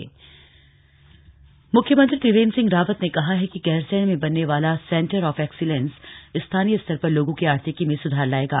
गैरसैंण कार्य योजना म्ख्यमंत्री त्रिवेंद्र सिंह रावत ने कहा है कि गैरसैंण में बनने वाला सेंटर ऑफ एक्सीलेंस स्थानीय स्तर पर लोगों की आर्थिकी में स्धार लाएगा